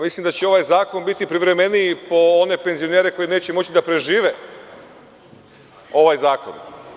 Mislim da će ovaj zakon biti privremeniji po one penzionere koji neće moći da prežive ovaj zakon.